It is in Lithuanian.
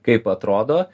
kaip atrodo